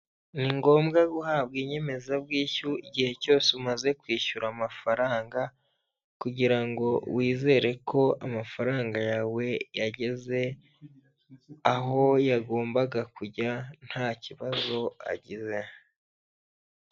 Ni ngombwa guhabwa inyemezabwishyu, igihe cyose umaze kwishyura amafaranga kugira ngo wizere ko amafaranga yawe yageze aho yagombaga kujya nta kibazo agize.